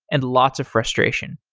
and lots of frustration.